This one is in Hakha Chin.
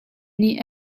nih